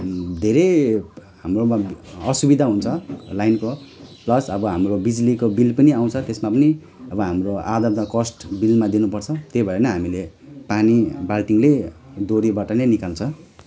धेरै हाम्रोमा असुविधा हुन्छ लाइनको बस अब हाम्रो बिजुलीको बिल पनि आउँछ त्यसमा पनि अब हाम्रो आधा त कस्ट बिलमा दिनुपर्छ त्यही भएर नि हामीले पानी बाल्टीले डोरीबाट नै निकाल्छौँ